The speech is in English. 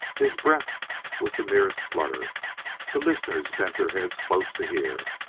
his breath was the merest flutter the listeners bent their heads close to hear.